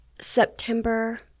September